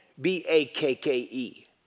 B-A-K-K-E